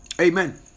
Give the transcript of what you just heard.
Amen